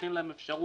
ונותנים להם אפשרות.